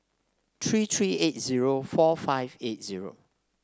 three three eight zero four five eight zero